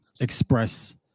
express